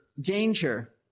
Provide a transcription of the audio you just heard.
danger